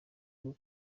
nibwo